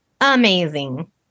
amazing